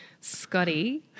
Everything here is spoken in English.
Scotty